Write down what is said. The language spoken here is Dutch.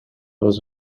was